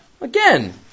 Again